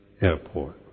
airport